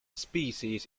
species